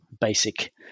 basic